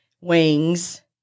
wings